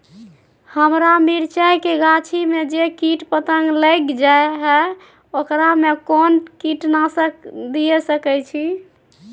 हमरा मिर्चाय के गाछी में जे कीट पतंग लैग जाय है ओकरा में कोन कीटनासक दिय सकै छी?